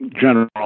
general